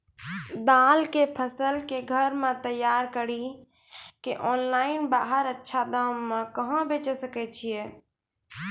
दाल के फसल के घर मे तैयार कड़ी के ऑनलाइन बाहर अच्छा दाम मे कहाँ बेचे सकय छियै?